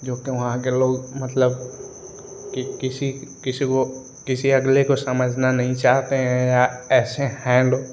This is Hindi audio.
जो कि वहाँ के लोग मतलब की किसी किसी को किसी अगले को समझना नहीं चाहते है ऐसे हैं लोग